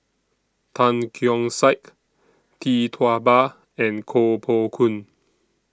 Tan Keong Saik Tee Tua Ba and Koh Poh Koon